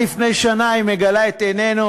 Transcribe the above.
מגלה את עינינו,